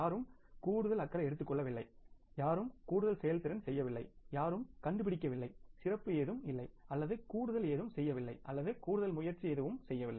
யாரும் கூடுதல் அக்கறை எடுத்துக் கொள்ளவில்லை யாரும் கூடுதல் செயல்திறன் செய்யவில்லை யாரும் கண்டுபிடிக்கவில்லை சிறப்பு எதுவும் இல்லை அல்லது கூடுதலாக எதுவும் செய்யவில்லை அல்லது கூடுதல் முயற்சிகள் எதுவும் செய்யவில்லை